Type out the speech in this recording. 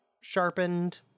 sharpened